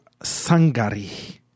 Sangari